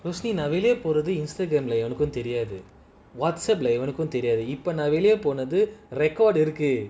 rosene நான்வெளியபோறது:nan veliya porathu instagram எனக்கும்தெரியாது:enakum theriathu whatsapp உனக்கும்தெரியாதுஇப்போநான்வெளியபோனது:unakum theriathu ipo nan veliya ponathu recorded okay